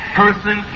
person